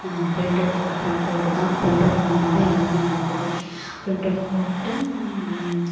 printout printout தான் printout மூலமாகதான் எல்லாமே நடக்குது ப்ரிண்டவுட் போட்டு